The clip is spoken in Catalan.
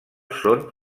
són